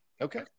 Okay